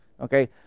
Okay